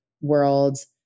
worlds